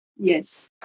Yes